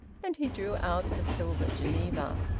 and he drew out the silver geneva.